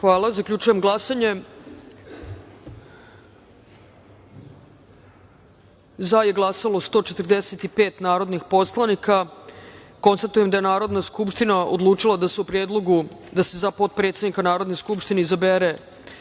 izjasnite. Zaključujem glasanje: za – 145 narodnih poslanika. Konstatujem da je Narodna skupština odlučila da se o Predlogu da se za potpredsednika Narodne skupštine izabere